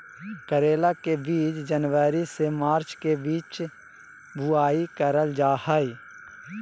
करेला के बीज जनवरी से मार्च के बीच बुआई करल जा हय